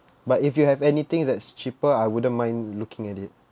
but if you have anything that's cheaper I wouldn't mind looking at it